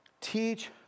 teach